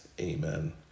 Amen